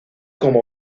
como